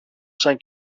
σαν